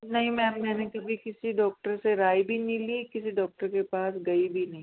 नहीं मैम मैंने कभी किसी डॉक्टर से राय भी नहीं ली कभी किसी डॉक्टर के पास गई भी नहीं